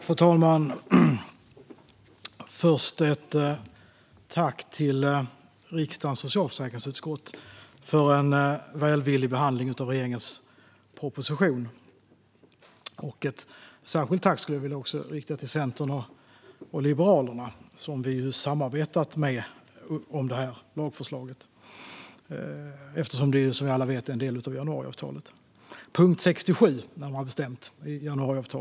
Fru talman! Jag vill först rikta ett tack till riksdagens socialförsäkringsutskott för en välvillig behandling av regeringens proposition. Jag skulle också vilja rikta ett särskilt tack till Centern och Liberalerna, som vi ju har samarbetat om det här lagförslaget med. Det är nämligen, som alla vet, en del av januariavtalet - närmare bestämt punkt 67.